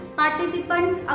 participants